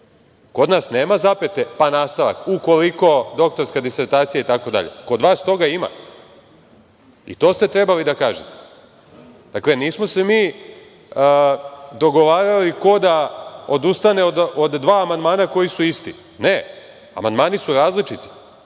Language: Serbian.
nas nema zapete, pa nastavak - ukoliko doktorska disertacija itd. Kod vas toga ima, i to ste trebali da kažete. Dakle, nismo se mi dogovarali ko da odustane od dva amandmana koji su isti. Ne. Amandmani su različiti.